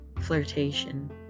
flirtation